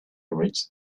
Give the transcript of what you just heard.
rich